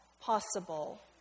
possible